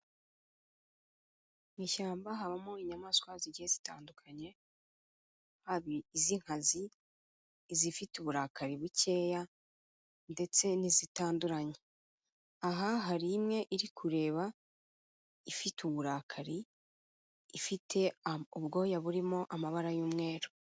Mu ishyamba habamo inyamaswa zigiye zitandukanye, haba iz'inkazi, izifite uburakari bukeya ndetse n'izitandukanya. Aha hari imwe iri kureba ifite uburakari ifite ubwoya burimo amabara y'umweru.